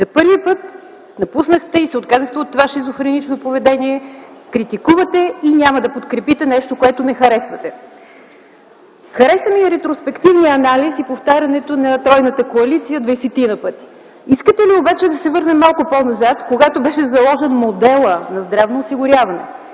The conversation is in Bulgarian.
За първи път се отказахте от това шизофренично поведение – критикувате и няма да подкрепите нещо, което не харесвате. Хареса ми и ретроспективния анализ, и повтарянето двадесетина пъти на „тройната коалиция”. Искате ли обаче да се върнем малко по-назад, когато беше заложен моделът за здравно осигуряване?